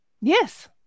Yes